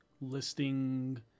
listing